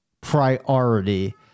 priority